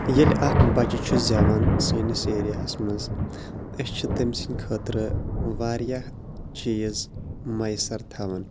ییٚلہِ اَکھ بَچہٕ چھُ زٮ۪وان سٲنِس ایرِیاہَس منٛز أسۍ چھِ تٔمۍ سٕنٛدۍ خٲطرٕ واریاہ چیٖز مَیسّر تھاوان